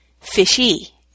fishy